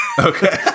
Okay